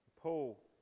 Paul